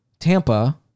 Tampa